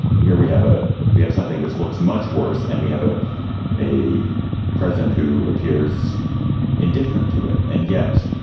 here we have a we have something which looks much worse and we have a a president who appears indifferent to it. and yet.